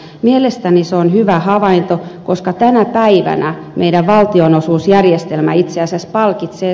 mielestäni se on hyvä havainto koska tänä päivänä meidän valtionosuusjärjestelmämme itse asiassa palkitsee